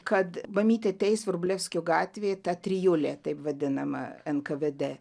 kad mamytę teis vrublevskio gatvėje ta trijulė taip vadinama nkvd